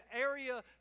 area